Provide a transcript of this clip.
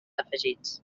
afegits